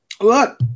Look